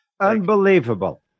Unbelievable